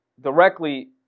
directly